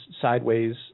sideways